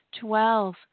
twelve